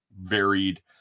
varied